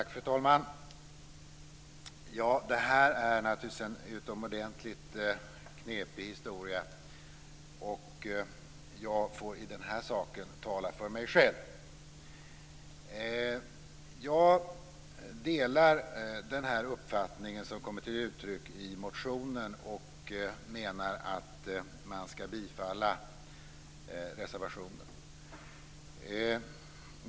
Fru talman! Det här är naturligtvis en utomordentligt knepig historia, och jag får i den här saken tala för mig själv. Jag delar den uppfattning som kommer till uttryck i motionen och menar att man skall bifalla reservationen.